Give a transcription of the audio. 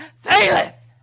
faileth